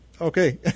Okay